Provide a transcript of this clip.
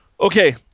Okay